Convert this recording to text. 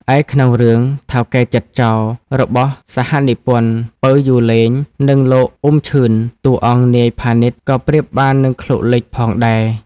ឯក្នុងរឿង "ថៅកែចិត្តចោរ" របស់សហនិពន្ធ ពៅ យូឡេង និងលោក អ៊ុំ ឈឺន តួអង្គ នាយ ផានីត ក៏ប្រៀបបាននឹង "ឃ្លោកលិច" ផងដែរ។